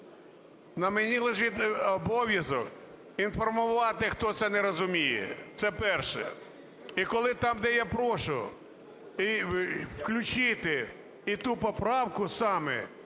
на мені лежить обов'язок інформувати, хто це не розуміє. Це перше. І коли там, де я прошу включити і ту поправку саме,